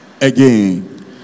Again